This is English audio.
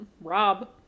Rob